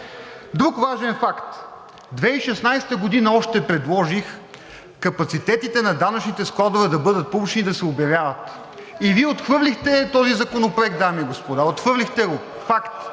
Друг важен факт. Още през 2016 г. предложих капацитетите на данъчните складове да бъдат публични и да се обявяват. Вие отхвърлихте този законопроект, дами и господа. Отхвърлихте го. Факт.